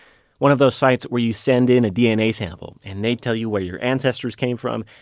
one of those sites where you send in a dna sample, and they tell you where your ancestors came from,